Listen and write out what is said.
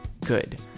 good